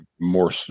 more